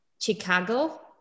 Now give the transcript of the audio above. Chicago